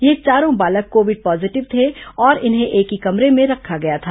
ये चारों बालक कोविड पॉजिटिव थे और इन्हें एक ही कमरे में रखा गया था